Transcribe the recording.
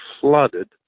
flooded